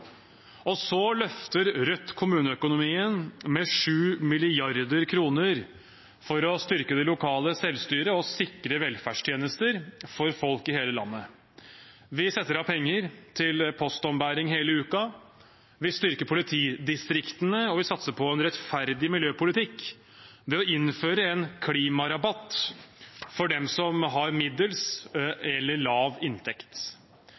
ytelse. Så løfter Rødt kommuneøkonomien med 7 mrd. kr for å styrke det lokale selvstyret og sikre velferdstjenester for folk i hele landet. Vi setter av penger til postombæring hele uken, vi styrker politidistriktene, og vi satser på en rettferdig miljøpolitikk ved å innføre en klimarabatt for dem som har